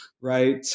right